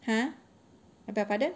!huh! I beg your pardon